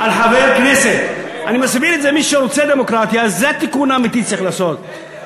על מה אתה הולך להצביע עכשיו?